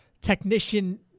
technician